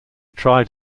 tried